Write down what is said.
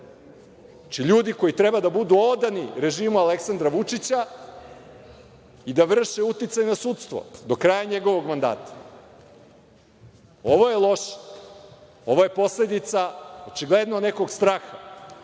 ljudi koji treba da budu odani režimu Aleksandra Vučića i da vrše uticaj na sudstvo do kraja njegovog mandata. Ovo je loše. Ovo je posledica očigledno nekog straha.